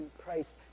Christ